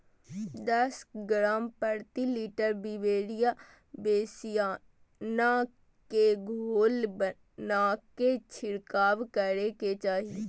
दस ग्राम प्रति litre Beauveria bassiana के घोल बनाके छिड़काव करे के चाही